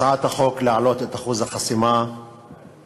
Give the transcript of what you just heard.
הצעת החוק להעלאת את אחוז החסימה נועדה,